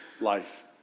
life